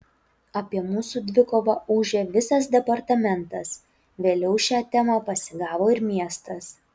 apie mūsų dvikovą ūžė visas departamentas vėliau šią temą pasigavo ir miestas